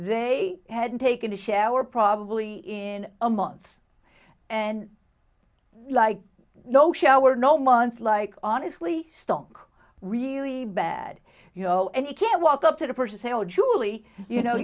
they hadn't taken a shower probably in a month and like no shower no month like honestly stock really bad you know and you can walk up to the person say oh julie you know